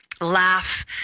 laugh